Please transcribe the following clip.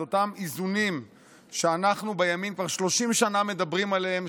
את אותם איזונים שאנחנו בימין כבר 30 שנה מדברים עליהם.